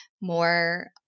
more